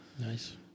Nice